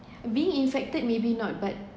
being infected maybe not but